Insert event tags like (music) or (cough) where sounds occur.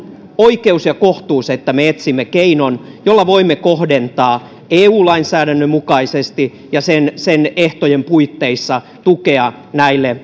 oikeus ja kohtuus että me etsimme keinon jolla voimme kohdentaa eu lainsäädännön mukaisesti ja sen sen ehtojen puitteissa tukea näille (unintelligible)